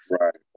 Right